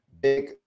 big